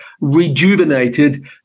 rejuvenated